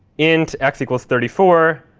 int x equals thirty four.